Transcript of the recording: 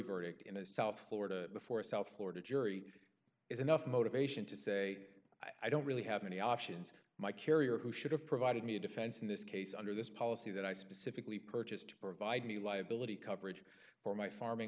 verdict in a south florida before a south florida jury is enough motivation to say i don't really have many options my carrier who should have provided me a defense in this case under this policy that i specifically purchased to provide me liability coverage for my farming